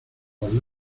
los